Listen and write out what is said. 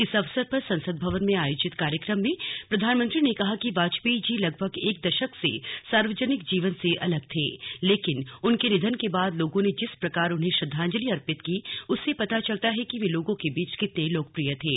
इस अवसर पर संसद भवन में आयोजित कार्यक्रम में प्रधानमंत्री ने कहा कि वाजपेयी जी लगभग एक दशक से सार्वजनिक जीवन से अलग थे लेकिन उनके निधन के बाद लोगों ने जिस प्रकार उन्हें श्रद्धांजलि अर्पित की उससे पता चलता है कि वे लोगों के बीच कितने लोकप्रिय थे